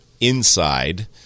inside